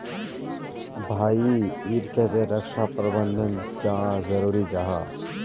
भाई ईर केते रक्षा प्रबंधन चाँ जरूरी जाहा?